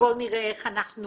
בואו נראה איך אנחנו